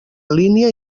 línia